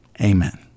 Amen